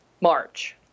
March